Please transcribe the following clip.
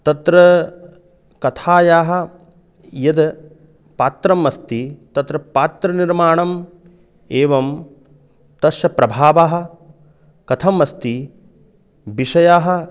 तत्र कथायाः यद् पात्रम् अस्ति तत्र पात्रनिर्माणम् एवं तस्य प्रभावः कथम् अस्ति विषयाः